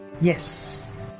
Yes